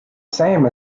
same